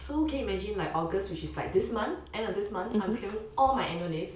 so can you imagine like august which is like this month end of this month I'm claiming all my annual leave